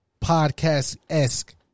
podcast-esque